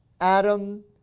Adam